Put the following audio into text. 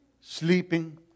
sleeping